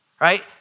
Right